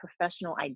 professional